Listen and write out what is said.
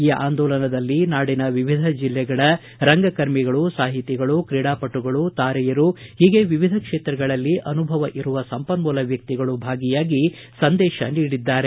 ಈ ಆಂದೋಲನದಲ್ಲಿ ನಾಡಿನ ವಿವಿಧ ಜಿಲ್ಲೆಗಳ ರಂಗಕರ್ಮಿಗಳು ಸಾಹಿತಿಗಳು ಕ್ರೀಡಾಪಟುಗಳು ತಾರೆಯರು ಹೀಗೆ ವಿವಿಧ ಕ್ಷೇತ್ರಗಳಲ್ಲಿ ಅನುಭವ ಇರುವ ಸಂಪನ್ನೂಲ ವ್ಯಕ್ತಿಗಳು ಭಾಗಿಯಾಗಿ ಸಂದೇಶ ನೀಡಿದ್ದಾರೆ